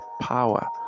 power